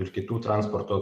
ir kitų transporto